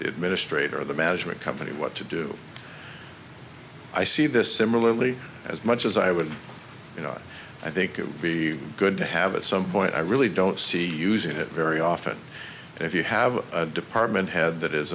it ministre to the management company what to do i see this similarly as much as i would you know i think it would be good to have a some point i really don't see using it very often if you have a department head that is